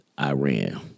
Iran